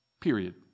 Period